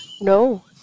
No